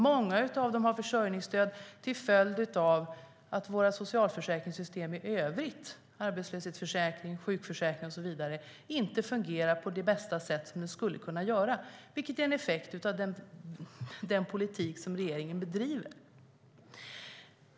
Många av dem har försörjningsstöd till följd av att våra socialförsäkringssystem i övrigt - arbetslöshetsförsäkring, sjukförsäkring och så vidare - inte fungerar så bra som de skulle kunna, vilket är en effekt av den politik som regeringen för.